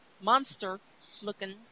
monster-looking